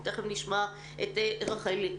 ואנחנו תיכף נשמע פה את רחלי,